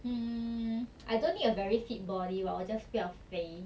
mm I don't need a very fit body lor 我 just 不要肥